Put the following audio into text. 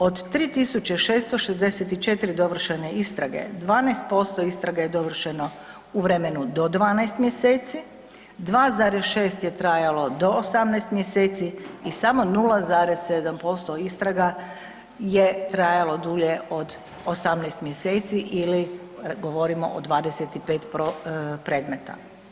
Od 3 664 dovršene istrage, 12% istrage je dovršeno u vremenu do 12 mjeseci, 2,6 je trajalo do 18 mjeseci i samo 0,7% istraga je trajalo dulje od 18 mjeseci ili govorimo o 25 predmeta.